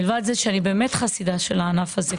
מלבד זה שאני באמת חסידה של הענף הזה,